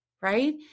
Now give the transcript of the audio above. right